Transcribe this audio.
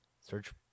search